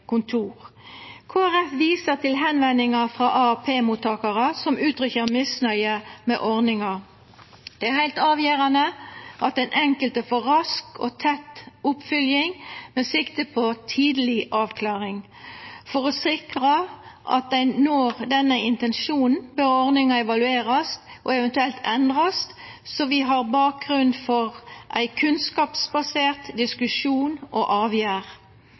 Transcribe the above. kontor. Kristeleg Folkeparti viser til meldingar frå AAP-mottakarar som uttrykkjer misnøye med ordninga. Det er heilt avgjerande at den enkelte får rask og tett oppfylging, med sikte på tidleg avklaring. For å sikra at ein når denne intensjonen, bør ordninga evaluerast og eventuelt endrast, så vi har bakgrunn for ein kunnskapsbasert diskusjon og